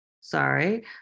Sorry